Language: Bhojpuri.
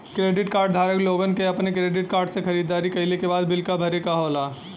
क्रेडिट कार्ड धारक लोगन के अपने क्रेडिट कार्ड से खरीदारी कइले के बाद बिल क भरे क होला